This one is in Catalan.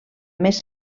més